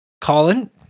Colin